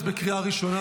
את בקריאה ראשונה,